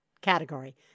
category